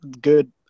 good